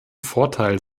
vorteil